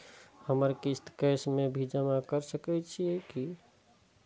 हमर किस्त कैश में भी जमा कैर सकै छीयै की?